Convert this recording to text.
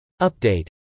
Update